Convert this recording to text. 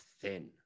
thin